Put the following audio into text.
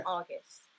August